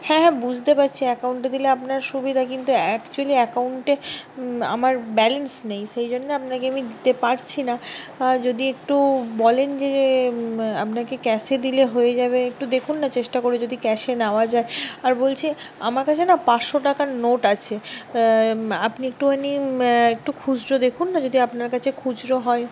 হ্যাঁ বুঝতে পারছি অ্যাকাউন্টে দিলে আপনার সুবিধা কিন্তু অ্যাকচুয়েলি অ্যাকাউন্টে আমার ব্যালেন্স নেই সেই জন্যে আপনাকে আমি দিতে পারছি না যদি একটু বলেন যে আপনাকে ক্যাশে দিলে হয়ে যাবে একটু দেখুন না চেষ্টা করে যদি ক্যাশে নেওয়া যায় আর বলছি আমার কাছে না পাঁচশো টাকার নোট আছে আপনি একটুখানি একটু খুচরো দেখুন না যদি আপনার কাছে খুচরো হয়